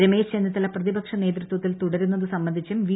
രമേശ് ഏച്ണീത്തല പ്രതിപക്ഷ നേതൃത്വത്തിൽ തുടരുന്നത് സംബന്ധിച്ചുപ്പ്പി